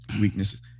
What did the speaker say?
weaknesses